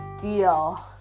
Deal